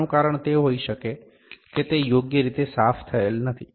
આનું કારણ તે હોઈ શકે છે કે તે યોગ્ય રીતે સાફ થયેલ નથી